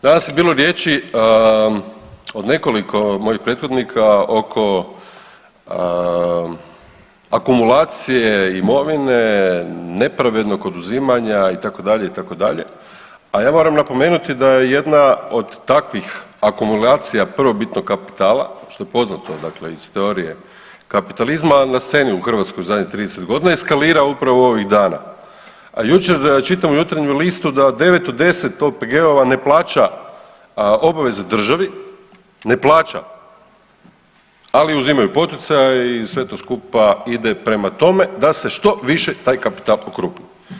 Danas je bilo riječi od nekoliko mojih prethodnika oko akumulacije imovine, nepravednog oduzimanja itd., itd., a ja moram napomenuti da je jedna od takvih akumulacija prvobitnog kapitala što je poznato dakle iz teorije kapitalizma na sceni u Hrvatskoj u zadnjih 30.g. eskalira upravo ovih dana a jučer čitam u Jutarnjem listu da 9 od 10 OPG-ova ne plaća obaveze državi, ne plaća, ali uzimaju poticaje i sve to skupa ide prema tome da se što više taj kapital okrupni.